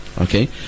Okay